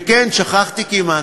וכן, שכחתי כמעט,